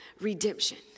redemption